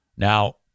Now